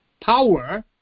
power